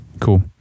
Cool